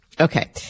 Okay